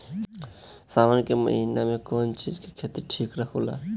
सावन के महिना मे कौन चिज के खेती ठिक होला?